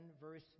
verse